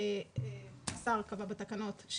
השר קבע בתקנות,